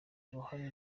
ruhare